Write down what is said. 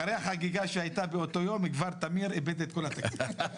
אחרי החגיגה שהייתה באותו יום טמיר איבד כבר את כל הקצבה.